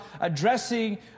addressing